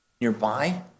nearby